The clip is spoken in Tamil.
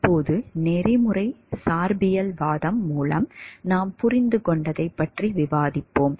இப்போது நெறிமுறை சார்பியல்வாதம் மூலம் நாம் புரிந்துகொண்டதைப் பற்றி விவாதிப்போம்